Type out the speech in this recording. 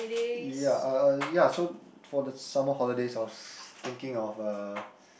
ya uh uh ya so for the summer holidays I was thinking of uh